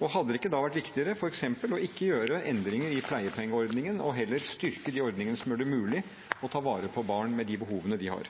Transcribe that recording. Og hadde det ikke da vært viktigere f.eks. å ikke gjøre endringer i pleiepengeordningen og heller styrke de ordningene som gjør det mulig å ta vare på barn, med de behovene de har?